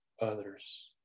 others